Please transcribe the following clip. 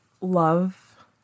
love